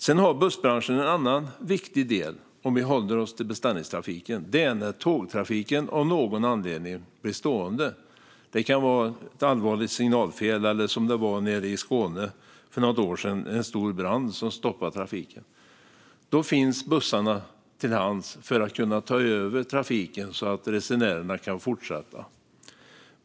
Sedan har bussbranschen en annan viktig roll, om vi håller oss till beställningstrafiken, nämligen när tågtrafiken av någon anledning blir stående. Det kan vara fråga om ett allvarligt signalfel eller - som nere i Skåne för något år sedan - en stor brand som stoppar trafiken. Då finns bussarna till hands för att kunna ta över trafiken, så att resenärerna kan fortsätta.